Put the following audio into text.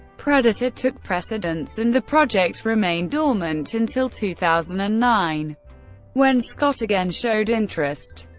predator took precedence, and the project remained dormant until two thousand and nine when scott again showed interest.